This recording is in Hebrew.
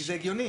זה לא מה שיקרה.